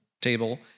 table